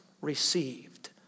received